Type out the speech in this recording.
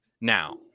now